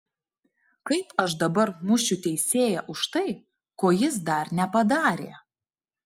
kaip aš dabar mušiu teisėją už tai ko jis dar nepadarė